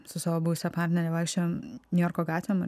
su savo buvusia partnere vaikščiojom niujorko gatvėm